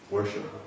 Worship